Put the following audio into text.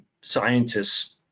scientists